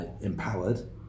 empowered